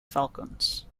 falcons